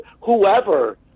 whoever